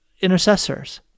intercessors